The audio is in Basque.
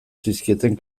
zizkieten